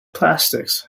plastics